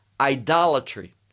idolatry